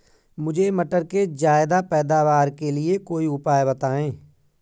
मुझे मटर के ज्यादा पैदावार के लिए कोई उपाय बताए?